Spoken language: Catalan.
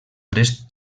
tres